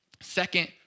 Second